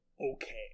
okay